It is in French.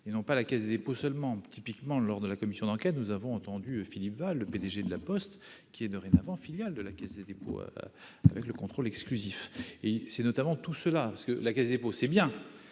et non pas la Caisse des dépôts seulement typiquement lors de la commission d'enquête, nous avons entendu Philippe Val, le PDG de La Poste qui est dorénavant, filiale de la Caisse des dépôts, avec le contrôle exclusif et c'est notamment tout cela parce que la Caisse des dépôts, c'est bien